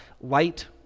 light